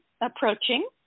approaching